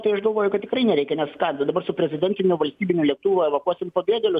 tai aš galvoju kad tikrai nereikia nes ką gi dabar su prezidentiniu valstybiniu lėktuvu evakuosim pabėgėlius